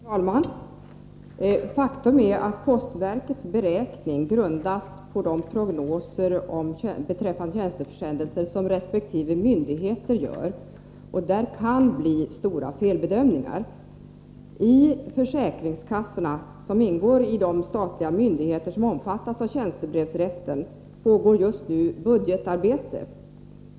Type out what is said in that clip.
Herr talman! Faktum är att postverkets beräkningar grundas på de prognoser beträffande tjänsteförsändelser som resp. myndigheter gör, och där kan det bli stora felbedömningar. I försäkringskassorna, som ingår i de statliga myndigheter som omfattas av tjänstebrevsrätten, pågår just nu budgetarbetet.